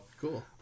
cool